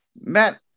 Matt